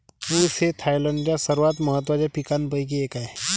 ऊस हे थायलंडच्या सर्वात महत्त्वाच्या पिकांपैकी एक आहे